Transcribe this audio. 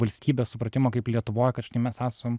valstybės supratimo kaip lietuvoj kad žinai mes esam